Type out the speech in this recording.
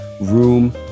room